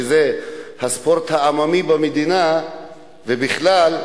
שזה הספורט העממי במדינה ובכלל,